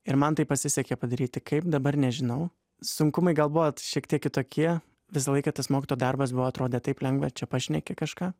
ir man tai pasisekė padaryti kaip dabar nežinau sunkumai gal buvo šiek tiek kitokie visą laiką tas mokytojo darbas buvo atrodė taip lengva čia pašneki kažką